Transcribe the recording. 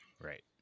Right